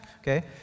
Okay